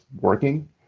working